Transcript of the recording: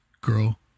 girl